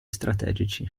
strategici